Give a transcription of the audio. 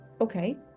Okay